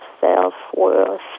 self-worth